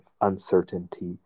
uncertainty